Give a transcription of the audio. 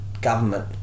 government